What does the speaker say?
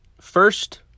first